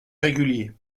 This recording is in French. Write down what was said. régulier